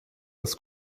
das